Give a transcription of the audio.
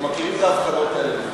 אנחנו מכירים את ההפחדות האלה.